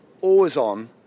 always-on